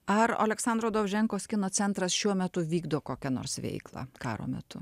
ar oleksandro dovženkos kino centras šiuo metu vykdo kokią nors veiklą karo metu